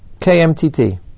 KMTT